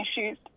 issues